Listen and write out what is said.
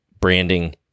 branding